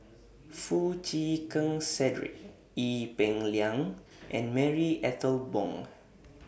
Foo Chee Keng Cedric Ee Peng Liang and Marie Ethel Bong